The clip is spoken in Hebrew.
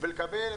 על הקווים הכשרים?